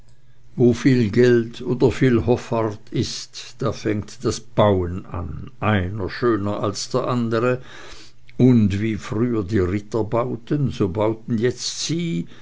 wo viel geld oder viel hoffart ist da fängt das bauen an einer schöner als der andere und wie früher die ritter bauten so bauten jetzt sie